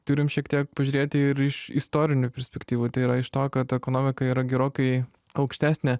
turim šiek tiek pažiūrėti ir iš istorinių perspektyvų tai yra iš to kad ekonomika yra gerokai aukštesnė